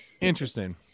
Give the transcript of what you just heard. interesting